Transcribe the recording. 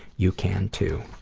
you can, too.